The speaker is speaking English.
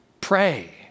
Pray